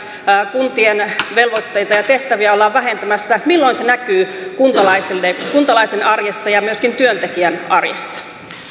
kuntien velvoitteita ja tehtäviä ollaan vähentämässä milloin se näkyy kuntalaisille kuntalaisen arjessa ja myöskin työntekijän arjessa